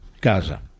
Gaza